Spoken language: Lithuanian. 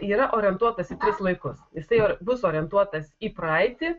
yra orientuotas į tris laikus jisai bus orientuotas į praeitį